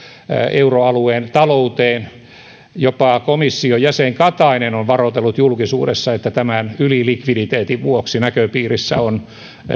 euroalueen talouteen ja jopa komission jäsen katainen on varoitellut julkisuudessa että tämän ylilikviditeetin vuoksi näköpiirissä on